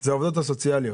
והוא העובדות הסוציאליות.